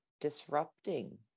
disrupting